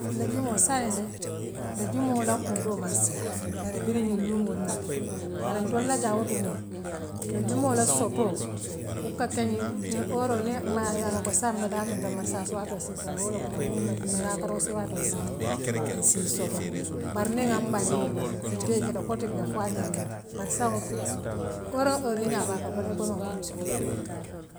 Ha lejumoo saaňe de lejumoo la kuntoo man siaa bare biriŋ luumool naati bare ntool la jaŋwooto moom lejumoo la sotoo wo ka kaňi ňiŋ ëroo niŋ maayaa loŋko saaňe mbe daami ňiŋto maressass waatoo siitala woo lemu niŋaa koroossi waatoo siitale nsii soto bare niŋ ŋaan bandi wol tumala ntee jela kotike foo aňaami doo bare saňe woodu karoo karo iňaa ba a kaŋ kodi itee maan kodoo soto.